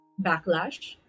backlash